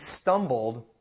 stumbled